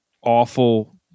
awful